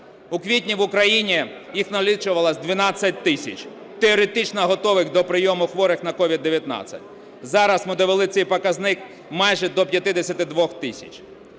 У квітні в Україні їх налічувалось 12 тисяч, теоретично готових до прийому хворих на COVID-19. Зараз ми довели цей показник майже до 52 тисяч.